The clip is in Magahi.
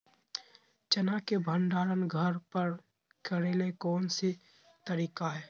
चना के भंडारण घर पर करेले कौन सही तरीका है?